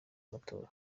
amatora